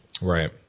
right